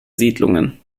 siedlungen